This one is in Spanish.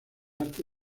arte